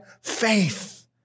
faith